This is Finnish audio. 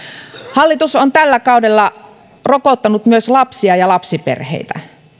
hallitus on tällä kaudella rokottanut myös lapsia ja lapsiperheitä